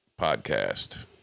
Podcast